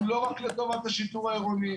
הוא לא רק לטובת השיטור העירוני,